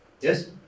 yes